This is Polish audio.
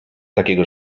takiego